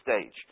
stage